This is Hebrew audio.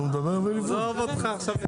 ביטן,